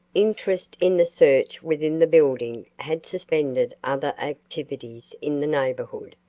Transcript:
interest in the search within the building had suspended other activities in the neighborhood,